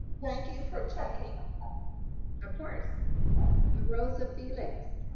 thank you for checking of course rosa felix